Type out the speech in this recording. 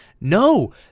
no